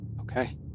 Okay